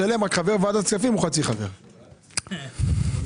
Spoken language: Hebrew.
בוועדה על כל